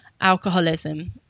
alcoholism